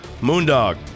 Moondog